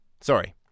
Sorry